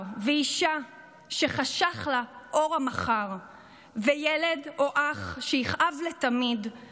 ואישה שחשך לה אור המחר / וילד או אח שיכאב לתמיד /